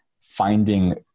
finding